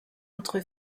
entre